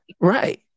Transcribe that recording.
right